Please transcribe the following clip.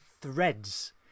threads